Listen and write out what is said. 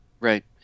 Right